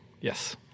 Yes